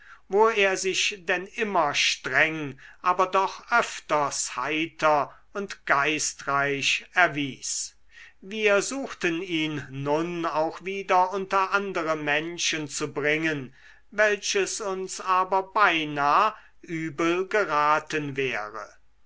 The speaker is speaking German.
wo er sich denn immer streng aber doch öfters heiter und geistreich erwies wir suchten ihn nun auch wieder unter andere menschen zu bringen welches uns aber beinah übel geraten wäre